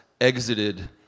exited